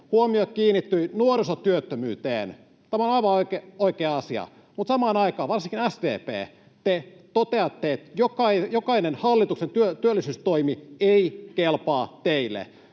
huomio kiinnittyi nuorisotyöttömyyteen. Tämä on aivan oikea asia, mutta samaan aikaan te, varsinkin SDP, toteatte, että mikään hallituksen työllisyystoimi ei kelpaa teille.